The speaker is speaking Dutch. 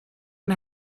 een